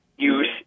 use